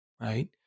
right